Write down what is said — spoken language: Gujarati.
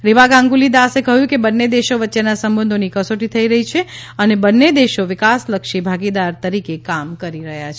રિવા ગાંગુલી દાસે કહ્યું કે બંને દેશો વચ્ચેના સંબંધોની કસોટી થઈ રહી છે અને બંને દેશો વિકાસલક્ષી ભાગીદાર તરીકે કામ કરી રહ્યા છે